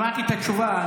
שמעתי את התשובה,